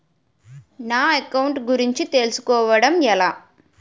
నా అకౌంట్ గురించి తెలుసు కోవడం ఎలా?